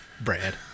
Brad